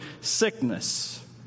Sickness